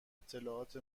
اطلاعات